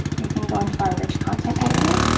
we can go into our rich content editor,